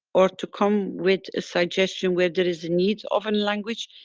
or to come with a suggestion where there is a need of a language.